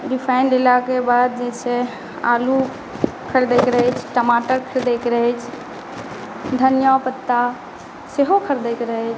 refine लेला के बाद जे छै आलु खरीदै के रहै छै टमाटर खरीदै के रहै छै धनीया पत्ता सेहो खरीदै के रहै छै